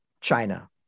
China